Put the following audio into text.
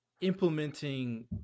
implementing